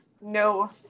no